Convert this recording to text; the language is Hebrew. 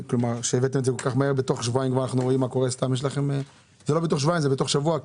שתוך שבועיים אנחנו רואים מה קורה בתוך שבוע בעצם.